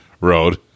Road